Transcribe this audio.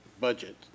budget